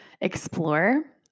explore